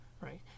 right